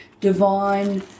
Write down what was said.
divine